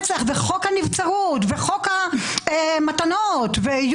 והוא מצהיר כמה אנחנו לא רוצים לבוא ולדון ולדבר כדי